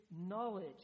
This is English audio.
knowledge